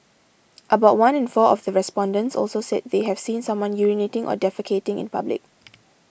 about one in four of the respondents also said they have seen someone urinating or defecating in public